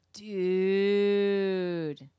Dude